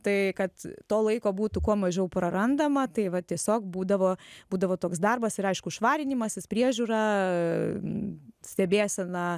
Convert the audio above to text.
tai kad to laiko būtų kuo mažiau prarandama tai va tiesiog būdavo būdavo toks darbas ir aišku švarinimasis priežiūra stebėsena